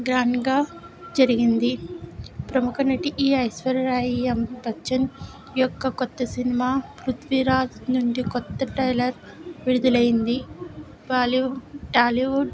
grand గా జరిగింది ప్రముఖ నటి ఈ ఐశ్వర్య రాయి అంబచ్చన్ యొక్క కొత్త సినిమా పృథ్వీరాజ్ నుండి కొత్త టైలర్ విడుదలైంది బాలీవుడ్ టాలీవుడ్